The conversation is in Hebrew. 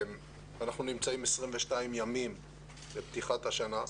אנחנו נמצאים 22 ימים מפתיחת השנה.